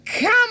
come